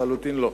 לחלוטין לא.